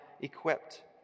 equipped